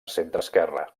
centreesquerra